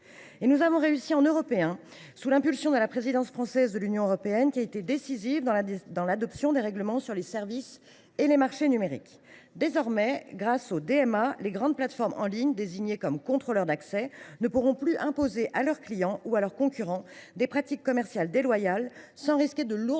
à y mettre fin en Européens, sous l’impulsion de la présidence française de l’Union européenne, qui a été décisive dans l’adoption des règlements sur les services et les marchés numériques. Dorénavant, grâce au règlement sur les marchés numériques, le DMA (), les grandes plateformes en ligne désignées comme contrôleurs d’accès ne pourront plus imposer à leurs clients ou à leurs concurrents des pratiques commerciales déloyales sans risquer de lourdes